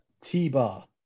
T-Bar